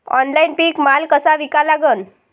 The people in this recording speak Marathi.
ऑनलाईन पीक माल कसा विका लागन?